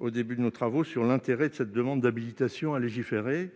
bien sûr interrogée sur l'intérêt de cette demande d'habilitation à légiférer